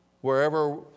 wherever